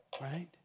Right